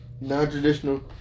non-traditional